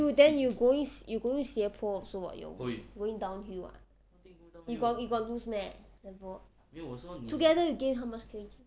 you then you going you going 斜坡 also [what] your going downhill [what] you go lose meh never together we gain how much kg